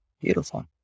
Beautiful